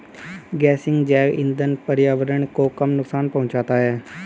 गेसिंग जैव इंधन पर्यावरण को कम नुकसान पहुंचाता है